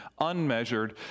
unmeasured